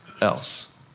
else